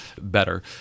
better